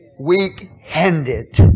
Weak-handed